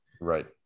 Right